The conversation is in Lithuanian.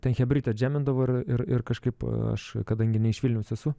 ten chebrytė džemindavo ir ir kažkaip aš kadangi ne iš vilniaus esu